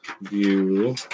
view